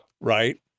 Right